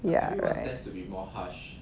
ya right